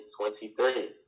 23